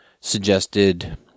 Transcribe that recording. suggested